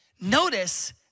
Notice